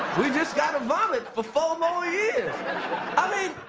we've just got to vomit for four more years i mean,